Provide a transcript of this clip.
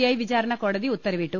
I വിചാരണ കോടതി ഉത്തരവിട്ടു